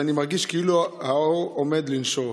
אני מרגיש כאילו העור עומד לנשור.